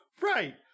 Right